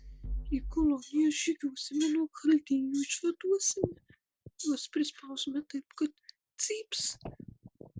į kolonijas žygiuosime nuo chaldėjų išvaduosime juos prispausime taip kad cyps